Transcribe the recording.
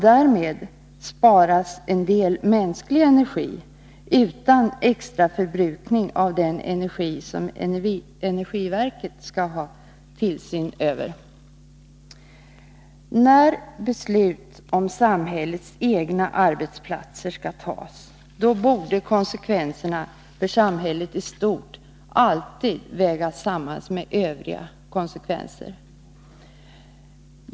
Därmed sparas en del mänsklig energi utan extra förbrukning av den energi som energiverket skall ha tillsyn över. När beslut om samhällets egna arbetsplatser skall fattas borde konsekvenserna för samhället i stort alltid vägas samman med övriga konsekvenser.